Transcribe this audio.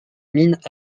mines